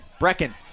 Brecken